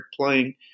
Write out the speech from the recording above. playing